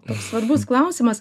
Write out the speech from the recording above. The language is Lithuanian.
toks svarbus klausimas